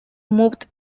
moved